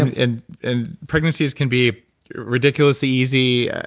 and and and pregnancies can be ridiculously easy.